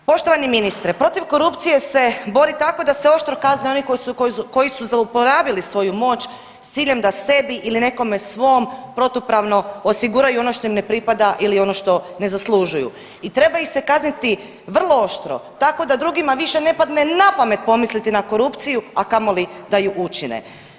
Poštovani ministre, protiv korupcije se bori tako da se oštro kazne oni koji su zlouporabili svoju moć s ciljem da sebi ili nekome svom protupravno osiguraju ono što im ne pripada ili ono što ne zaslužuju i treba ih se kazniti vrlo oštro tako da drugima više ne padne na pamet pomisliti na korupciju, a kamoli da ju učine.